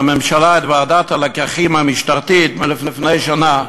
מסקנות ועדת הלקחים המשטרתית מלפני שנה,